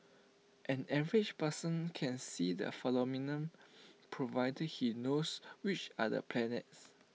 an average person can see the phenomenon provided he knows which are the planets